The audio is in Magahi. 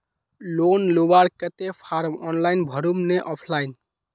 लोन लुबार केते फारम ऑनलाइन भरुम ने ऑफलाइन?